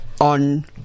On